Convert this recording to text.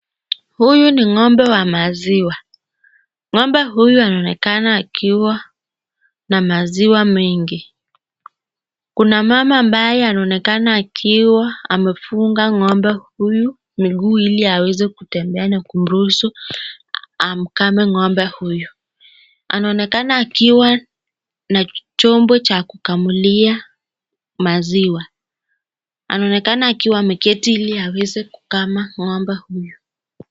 Huyu ni ng'ombe wa maziwa , ng'ombe huyu anaonekana akiwa na maziwa mengi , kuna mama ambaye anaonekana akiwa amefunga ng'ombe huyu miguu ili aweze kutembea na kuruhusu amkame ng'ombe huyu, anaonekana akiwa na chombo cha kukamulia maziwa ,anaonekana akiwa ameketi ili aweze kukama ng'ombe huyu.